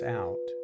out